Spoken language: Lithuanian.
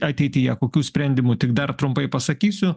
ateityje kokių sprendimų tik dar trumpai pasakysiu